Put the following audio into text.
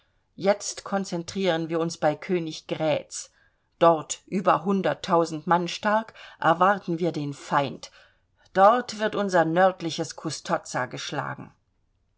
jetzt konzentrieren wir uns bei königgrätz dort über hunderttausend mann stark erwarten wir den feind dort wird unser nördliches custozza geschlagen